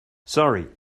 sorry